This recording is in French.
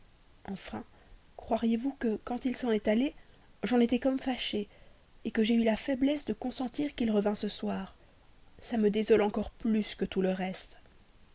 enfin croiriez-vous que quand il s'en est allé j'en étais comme fâchée que j'ai eu la faiblesse de consentir qu'il revînt ce soir ça me désole encore plus que tout le reste